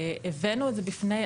הבאנו את זה בפני,